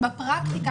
בפרקטיקה,